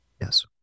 Yes